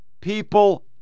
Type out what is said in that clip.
people